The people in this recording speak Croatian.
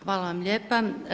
Hvala vam lijepa.